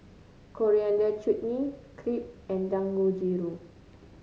Coriander Chutney Crepe and Dangojiru